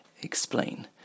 explain